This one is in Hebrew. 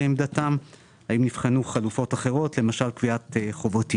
האם נבחנו חלופות אחרות כמו קביעת חובות יידוע?